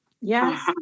Yes